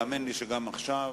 האמן לי, גם עכשיו.